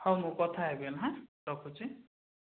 ହଉ ମୁଁ କଥା ହେବି ଏନେ ହାଁ ରଖୁଛି